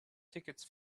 tickets